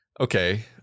okay